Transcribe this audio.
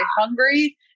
hungry